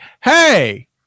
hey